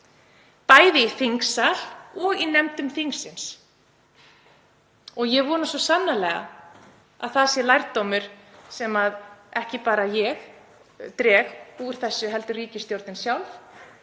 bæði í þingsal og í nefndum þingsins. Ég vona svo sannarlega að það sé lærdómur sem ekki bara ég dreg af þessu heldur ríkisstjórnin sjálf